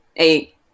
eight